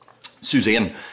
Suzanne